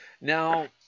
Now